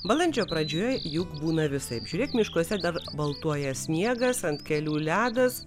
balandžio pradžioje juk būna visaip žiūrėk miškuose dar baltuoja sniegas ant kelių ledas